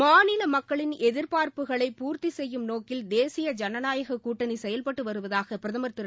மாநில மக்களின் எதிர்பார்ப்புகளை பூர்த்தி செய்யும் நோக்கில் தேசிய ஜனநாயக கூட்டணி செயல்பட்டு வருவதாக பிரதமர் திரு